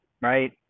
right